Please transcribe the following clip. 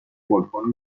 بالکن